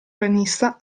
ranista